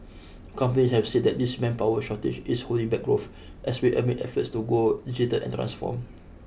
companies have said that this manpower shortage is holding back growth especially amid efforts to go digital and transform